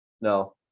no